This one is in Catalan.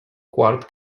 quart